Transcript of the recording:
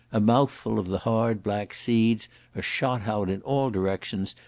a mouthful of the hard black seeds are shot out in all directions,